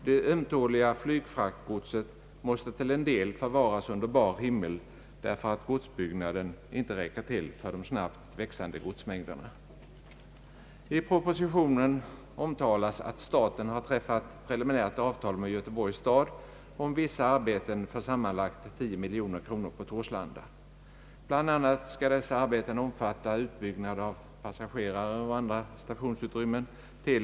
Det ömtåliga flygfraktgodset måste delvis förvaras under bar himmel därför att godsbyggnaden inte räcker till för de snabbt växande godsmängderna. I propositionen omtalas att staten har träffat preliminärt avtal med Göteborgs stad om vissa arbeten för sammanlagt 10 miljoner kronor på Torslanda. Bl. a. skall dessa arbeten omfatta utbyggnad av passageraroch andra stationsutrymmen samt till.